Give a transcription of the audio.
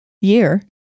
year